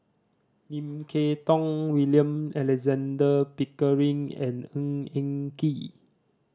Lim Kay Tong William Alexander Pickering and Ng Eng Kee